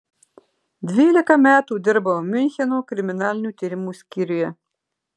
dvylika metų dirbau miuncheno kriminalinių tyrimų skyriuje